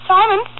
Simon